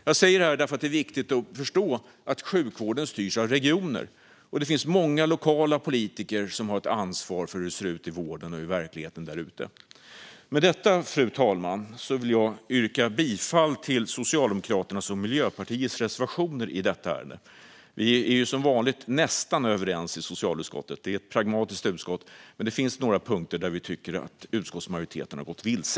Jag säger detta för att det är viktigt att förstå att sjukvården styrs av regioner och att det finns många lokala politiker som har ett ansvar för hur det ser ut i vården och i verkligheten där ute. Fru talman! Jag yrkar bifall till Socialdemokraternas reservationer. Vi är som vanligt nästan överens i socialutskottet - det är ett pragmatiskt utskott - men på några punkter tycker vi att utskottsmajoriteten har gått vilse.